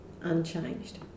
unchanged